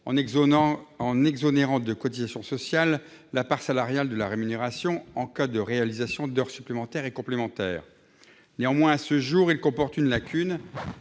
en exonérant de cotisations sociales la part salariale de la rémunération en cas de réalisation d'heures supplémentaires et complémentaires. Néanmoins, à ce jour, il comporte une lacune